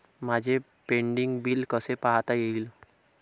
माझे pending bill कसे पाहता येईल?